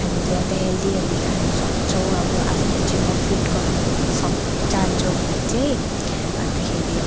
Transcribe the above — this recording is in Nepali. हामीले अन्त हेल्दी हेल्दी खानुसक्छौँ अब आफ्नो जिउलाई फिट गर्नु सक चाहन्छौँ भने चाहिँ अन्तखेरि